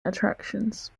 attractions